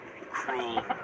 cruel